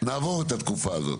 נעבור את התקופה הזאת,